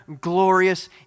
glorious